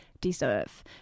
deserve